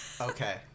Okay